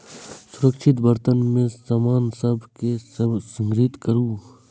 सुरक्षित बर्तन मे सामान सभ कें संग्रहीत करू